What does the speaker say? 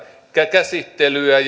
käsittelyä